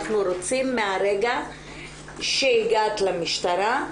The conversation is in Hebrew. אנחנו רוצים מהרגע שהגעת למשטרה.